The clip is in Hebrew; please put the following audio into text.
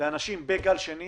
לאנשים בגל שני